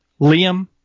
Liam